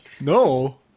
No